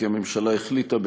כי הממשלה החליטה,